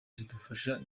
zidufasha